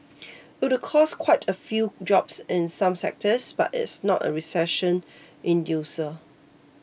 it could cost quite a few jobs in some sectors but it's not a recession inducer